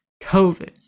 COVID